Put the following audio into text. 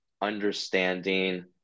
understanding